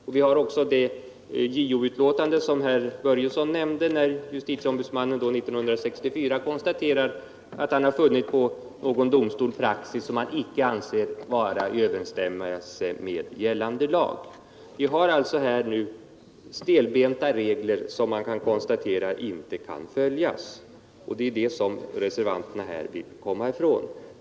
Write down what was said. Och 1964 konstaterade JO i sin berättelse, som herr Börjesson i Falköping nämnde, att han vid någon domstol hade funnit en praxis som han inte ansåg vara i överensstämmelse med gällande lag. Vi har alltså här stelbenta regler som visar sig inte kunna följas, och det är detta som reservanterna vill komma ifrån.